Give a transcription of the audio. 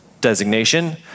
Designation